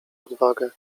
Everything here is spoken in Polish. odwagę